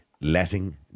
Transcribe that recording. Letting